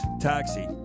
Taxi